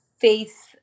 faith